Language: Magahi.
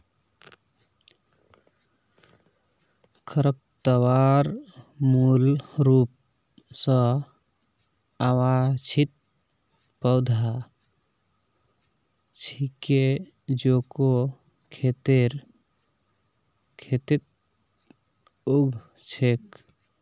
खरपतवार मूल रूप स अवांछित पौधा छिके जेको खेतेर खेतत उग छेक